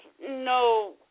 no